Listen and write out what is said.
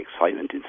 excitement